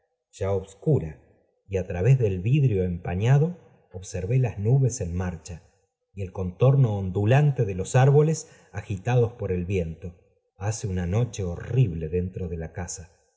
ya obscura y á través del vidrio empañado observé las nubes en marcha y el contorno ondulante de los árboles agitados por el viento hace una noche horrible dentro de la casa